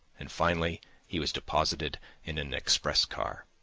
and finally he was deposited in an express car.